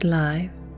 life